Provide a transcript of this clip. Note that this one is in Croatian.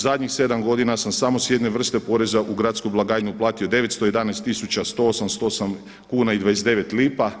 Zadnjih sedam godina sam samo s jedne vrste poreza u gradsku blagajnu uplatio 911 tisuća 188 kuna i 20 lipa.